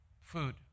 food